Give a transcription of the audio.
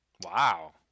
Wow